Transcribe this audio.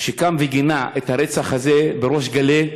שקם וגינה את הרצח הזה בריש גלי,